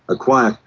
a quiet,